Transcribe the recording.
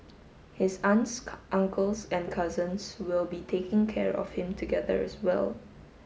his aunts uncles and cousins will be taking care of him together as well